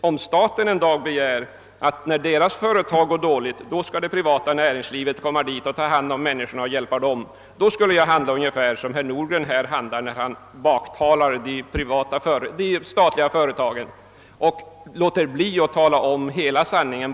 Om staten en dag begärde att privata företag skulle ingripa för att hjälpa de friställda när de statliga företagen går dåligt, så skulle de handla ungefär som herr Nordgren gör när han baktalar de statliga företagen och låter bli att tala om hela sanningen.